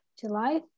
july